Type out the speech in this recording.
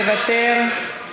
מוותר,